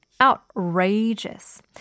outrageous